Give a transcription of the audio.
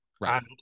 right